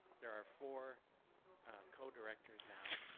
there are four co-directors now,